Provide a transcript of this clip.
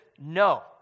No